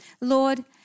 Lord